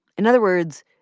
in other words,